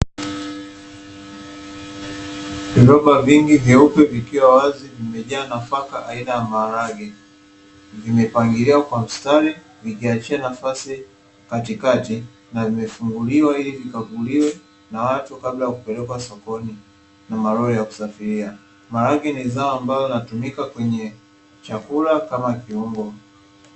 Viroba vingi vyeupe vikiwa wazi vimejaa nafaka aina ya maharage, vimepangiliwa kwa mstari vikiachia nafasi katikati na vimefunguliwa ili vikaguliwe na watu kabla ya kupelekwa sokoni na malori ya kusafiria. Maharage ni zao ambalo linatumika kwenye chakula kama kiungo.